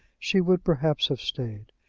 she would perhaps have stayed.